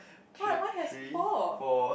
what why has four